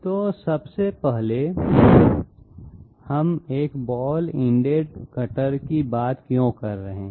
तो सबसे पहले हम एक बॉल इंडेड कटर की बात क्यों कर रहे हैं